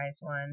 one